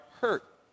hurt